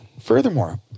furthermore